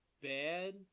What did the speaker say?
bad